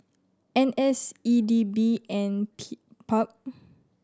N S E D B and P PUB